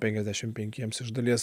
penkiasdešim penkiems iš dalies